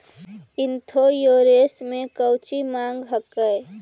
Insurance मे कौची माँग हको?